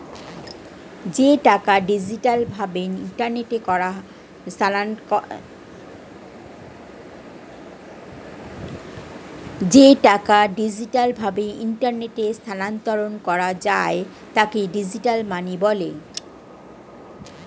যে টাকা ডিজিটাল ভাবে ইন্টারনেটে স্থানান্তর করা যায় তাকে ডিজিটাল মানি বলে